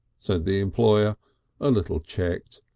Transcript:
said the employer a little checked.